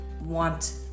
want